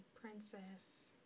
princess